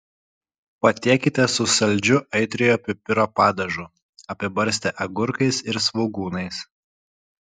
patiekite su saldžiu aitriojo pipiro padažu apibarstę agurkais ir svogūnais